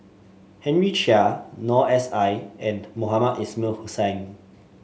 Henry Chia Noor S I and Mohamed Ismail Hussain